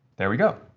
there we go.